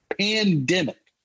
pandemic